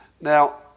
Now